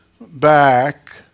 back